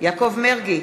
יעקב מרגי,